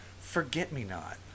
Forget-me-not